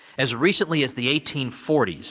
as recently as the eighteen forty s,